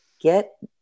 Get